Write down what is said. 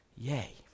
Yay